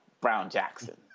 Brown-Jackson